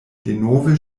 denove